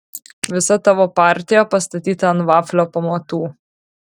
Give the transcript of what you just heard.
visa tavo partija pastatyta ant vaflio pamatų